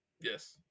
Yes